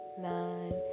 nine